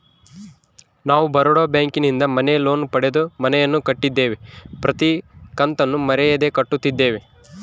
ನಾವು ಬರೋಡ ಬ್ಯಾಂಕಿನಿಂದ ಮನೆ ಲೋನ್ ಪಡೆದು ಮನೆಯನ್ನು ಕಟ್ಟಿದ್ದೇವೆ, ಪ್ರತಿ ಕತ್ತನ್ನು ಮರೆಯದೆ ಕಟ್ಟುತ್ತಿದ್ದೇವೆ